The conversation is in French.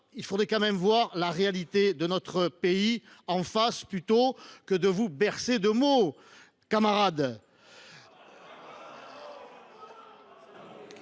Il faudrait voir la réalité de notre pays en face, plutôt que de vous bercer de mots, camarade